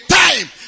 time